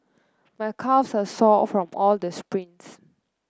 my calves are sore from all the sprints